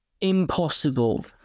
impossible